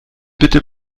bitte